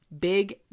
big